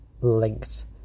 linked